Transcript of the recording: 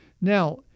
Now